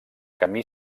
camí